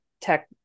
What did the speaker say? tech